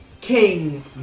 King